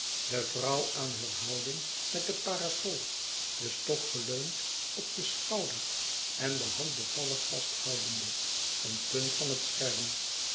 de vrouw aan heur houding met de parasol den stok geleund op den schouder en de hand bevallig vasthoudende een punt van het scherm